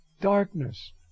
darkness